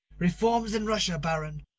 reforms in russia, baron,